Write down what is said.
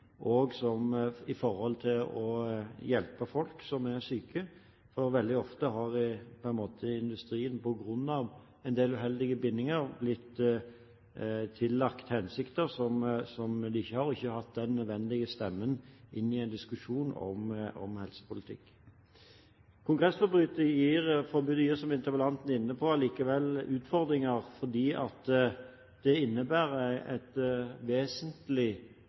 å hjelpe folk som er syke. Veldig ofte har industrien på grunn av en del uheldige bindinger blitt tillagt hensikter som de ikke har, og ikke hatt den nødvendige stemmen inn i en diskusjon om helsepolitikk. Kongressforbudet gir, som interpellanten er inne på, likevel utfordringer fordi deltakelse innebærer et vesentlig